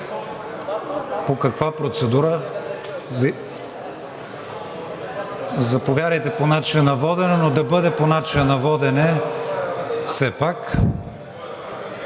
по каква процедура? Заповядайте по начина на водене, но да бъде по начина на водене все пак.